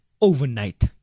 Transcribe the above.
overnight